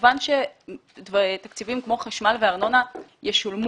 כמובן שתקציבים כמו חשמל וארנונה ישולמו